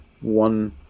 one